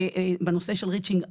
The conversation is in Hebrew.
בנושא של "ריצ'ינג אאוט"